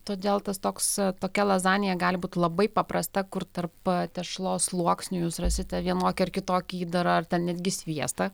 todėl tas toks tokia lazanija gali būt labai paprasta kur tarp tešlos sluoksnių jūs rasite vienokį ar kitokį įdarą ar netgi sviestą